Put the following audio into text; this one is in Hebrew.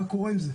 מה קורה עם זה?